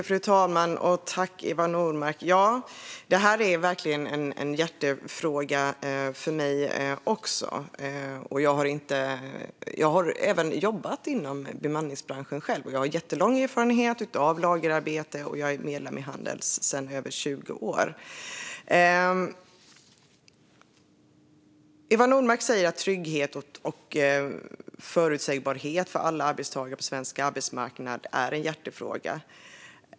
Frau talman! Det här är verkligen en hjärtefråga också för mig. Jag har även jobbat inom bemanningsbranschen själv. Jag har jättelång erfarenhet av lagerarbete, och jag är medlem i Handels sedan över 20 år. Eva Nordmark säger att trygghet och förutsägbarhet för alla arbetstagare på svensk arbetsmarknad är en hjärtefråga.